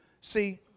See